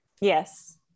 Yes